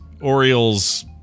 Orioles